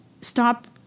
stop